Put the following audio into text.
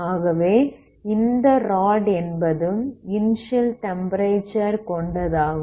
ஆகவே இந்த ராட் என்பது இனிஸியல் டெம்ப்பரேச்சர் கொண்டதாகும்